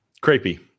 Creepy